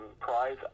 prize